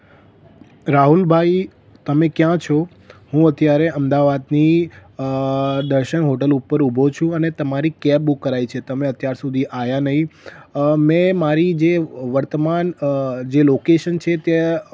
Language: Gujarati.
રાહુલભાઈ તમે ક્યાં છો હું અત્યારે અમદાવાદની દર્શન હોટેલ ઉપર ઊભો છું અને તમારી કેબ બુક કરાવી છે તમે અત્યાર સુધી આવ્યા નહીં મેં મારી જે વર્તમાન જે લોકેશન છે તે આં